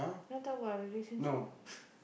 want to talk about our relationship